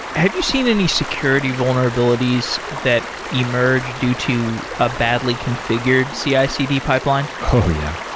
have you seen any security vulnerabilities that emerged due to a badly configured cicd pipeline? oh, yeah.